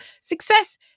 success